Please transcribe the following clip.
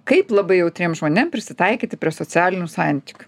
kaip labai jautriem žmonėm prisitaikyti prie socialinių santykių